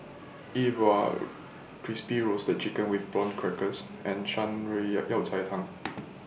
E Bua Crispy Roasted Chicken with Prawn Crackers and Shan Rui Yao Yao Cai Tang